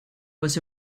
was